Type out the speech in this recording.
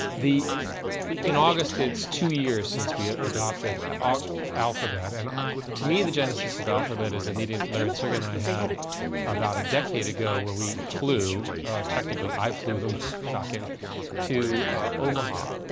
the in august, it's two years since we ah adopted ah alphabet. and to me, the genesis of alphabet is a meeting that larry and sergey and i had about a decade ago where we flew technically, i flew them shocking to omaha,